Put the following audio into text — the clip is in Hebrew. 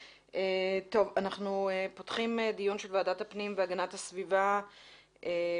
אנחנו פותחים דיון של ועדת הפנים והגנת הסביבה בבקשה